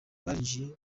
barinjiye